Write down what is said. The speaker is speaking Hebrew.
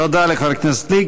תודה לחבר הכנסת גליק.